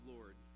Lord